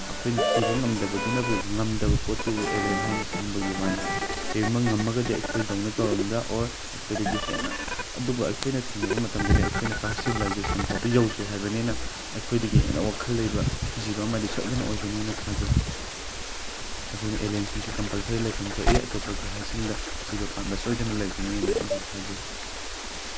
ꯑꯩꯈꯣꯏꯅ ꯊꯤꯕ ꯉꯝꯗꯕꯗꯨꯅꯕꯨ ꯉꯝꯗꯕ ꯄꯣꯠꯇꯨꯕꯨ ꯑꯦꯂꯦꯟ ꯍꯥꯏꯅ ꯈꯪꯕꯒꯤ ꯋꯥꯅꯤ ꯀꯔꯤꯒꯨꯝꯕ ꯉꯝꯃꯒꯗꯤ ꯑꯩꯈꯣꯏꯗꯧꯅ ꯇꯧꯔꯝꯕ꯭ꯔꯥ ꯑꯣꯔ ꯑꯩꯈꯣꯏꯗꯒꯤ ꯍꯦꯟꯅ ꯑꯗꯨꯕꯨ ꯑꯩꯈꯣꯏꯅ ꯊꯦꯡꯅꯕ ꯃꯇꯝꯗꯗꯤ ꯑꯩꯈꯣꯏꯅ ꯐꯥꯔꯁ ꯁꯤꯕꯤꯂꯥꯏꯖꯦꯁꯟ ꯐꯥꯎꯕ ꯌꯧꯗ꯭ꯔꯤ ꯍꯥꯏꯕꯅꯤꯅ ꯑꯩꯈꯣꯏꯗꯒꯤ ꯍꯦꯟꯅ ꯋꯥꯈꯜ ꯂꯩꯕ ꯖꯤꯕ ꯑꯃꯗꯤ ꯁꯣꯏꯗꯅ ꯑꯣꯏꯒꯅꯤꯅ ꯊꯥꯖꯩ ꯑꯗꯨꯅ ꯑꯦꯂꯦꯟꯁꯤꯡꯁꯦ ꯀꯝꯄꯜꯁꯔꯤ ꯂꯩꯐꯝ ꯊꯣꯛꯏ ꯑꯇꯣꯞꯄ ꯒ꯭ꯔꯍꯁꯤꯡꯗ ꯖꯤꯕ ꯄꯥꯟꯕ ꯁꯣꯏꯗꯅ ꯂꯩꯒꯅꯤ ꯍꯥꯏꯅ ꯑꯩꯅ ꯊꯥꯖꯩ